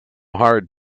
hard